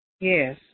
Yes